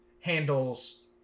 handles